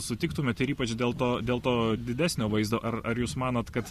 sutiktumėt ir ypač dėl to dėl to didesnio vaizdo ar ar jūs manot kad